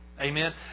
Amen